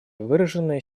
выраженные